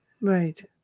Right